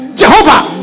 jehovah